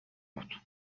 بود